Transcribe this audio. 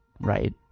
right